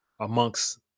amongst